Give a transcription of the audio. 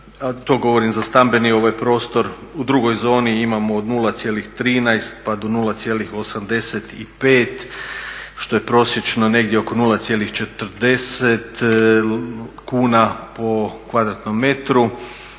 to govorim za stambeni prostor. U drugoj zoni imamo od 0,13 pa do 0,85 što je prosječno negdje oko 0,40 kuna po kvadratnom metru.